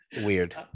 weird